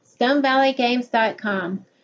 StoneValleyGames.com